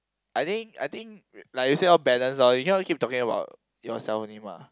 I think I think like you say lor balance lor you cannot keep talking about yourself only mah